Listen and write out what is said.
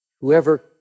Whoever